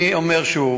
אני אומר שוב